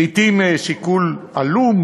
לעתים שיקול עלום,